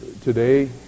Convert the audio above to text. today